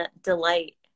delight